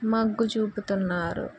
మొగ్గు చూపుతున్నారు